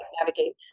navigate